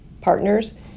partners